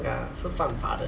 ya 是犯法的